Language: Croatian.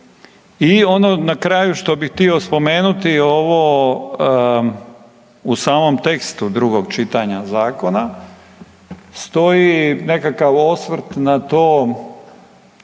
I ono na kraju što bi htio spomenuti, ovo u samom tekstu drugog čitanja zakona stoji nekakav osvrt na to